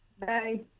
Bye